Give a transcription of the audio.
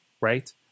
right